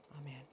Amen